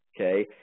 okay